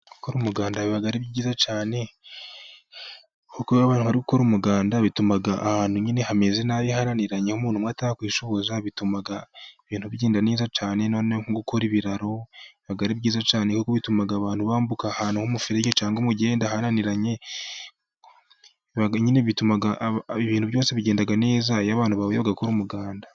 Gukora umuganda biba ari byiza cyane, kuko gukora umuganda bituma ahantu nyine hameze nabi hananiranye nk'aho umuntu atakwishoza bituma ibintu bigenda neza cyane, noneho gukora ibiraro ntabwo biba ari byiza cyane kuko bituma abantu bambuka ahantu h'umuferege cyangwa umugenda aharaniranye, nyine bituma ibintu byose bigenda neza iyo abantu bbahuye bagakora umuganda.